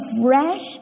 fresh